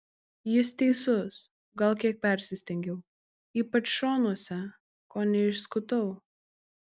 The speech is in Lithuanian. jis teisus gal kiek persistengiau ypač šonuose kone išskutau